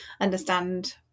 understand